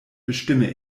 bestimme